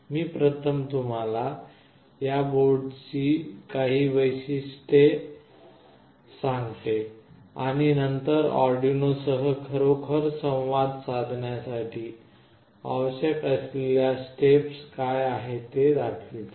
मी प्रथम तुम्हाला या बोर्डची काही वैशिष्ट्ये प्रथम सांगते आणि नंतर आर्डिनोसह खरोखर संवाद साधण्यासाठी आवश्यक असलेल्या स्टेप्स काय आहेत ते दाखविते